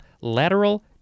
Lateral